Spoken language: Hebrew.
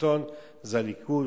שלטון זה הליכוד,